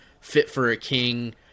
fit-for-a-king